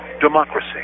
democracy